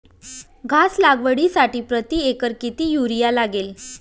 घास लागवडीसाठी प्रति एकर किती युरिया लागेल?